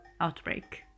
outbreak